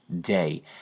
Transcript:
day